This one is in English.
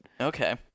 okay